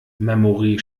memory